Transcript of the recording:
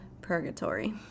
Purgatory